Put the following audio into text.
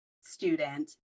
student